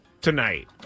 tonight